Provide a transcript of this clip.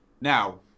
Now